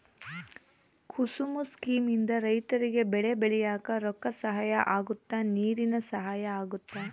ಕುಸುಮ scheme ಇಂದ ರೈತರಿಗೆ ಬೆಳೆ ಬೆಳಿಯಾಕ ರೊಕ್ಕ ಸಹಾಯ ಅಗುತ್ತ ನೀರಿನ ಸಹಾಯ ಅಗುತ್ತ